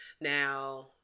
Now